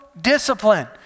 discipline